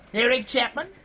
eric chapman?